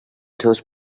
source